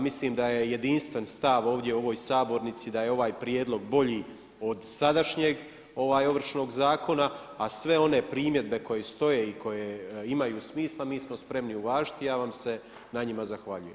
Mislim da je jedinstven stav ovdje u ovoj sabornici da je ovaj prijedlog bolji od sadašnjeg Ovršnog zakona, a sve one primjedbe koje stoje i koje imaju smisla mi smo spremni uvažiti i ja vam se na njima zahvaljujem.